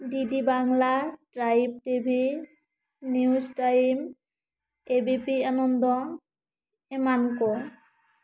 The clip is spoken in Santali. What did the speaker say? DD Bangla tribe TV news ᱴᱟᱴᱤᱢᱥ ᱮ ᱵᱤ ᱯᱤ ᱟᱱᱟᱱᱫᱚ ᱮᱢᱟᱱ ᱠᱚ